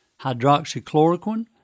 hydroxychloroquine